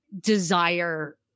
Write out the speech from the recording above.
desire